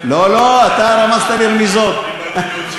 אתה אמרת לבד,